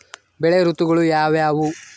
ಬೆಳೆ ಋತುಗಳು ಯಾವ್ಯಾವು?